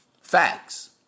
Facts